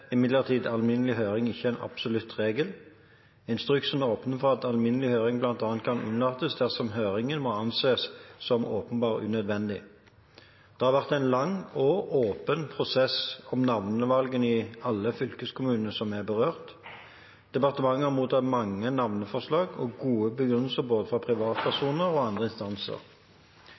imidlertid alminnelig høring ikke en absolutt regel. Instruksen åpner for at alminnelig høring bl.a. kan unnlates dersom høringen må anses som åpenbart unødvendig. Det har vært en lang og åpen prosess om navnevalgene i alle fylkeskommunene som er berørt. Departementet har mottatt mange navneforslag og gode begrunnelser både fra privatpersoner og fra andre instanser.